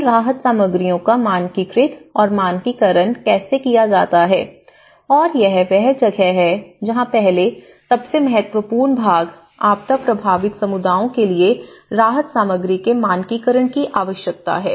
इन राहत सामग्रियों का मानकीकृत और मानकीकरण कैसे किया जाता है और यह वह जगह है जहां पहला सबसे महत्वपूर्ण भाग आपदा प्रभावित समुदायों के लिए राहत सामग्री के मानकीकरण की आवश्यकता है